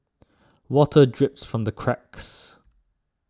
water drips from the cracks